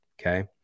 Okay